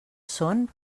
són